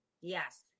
Yes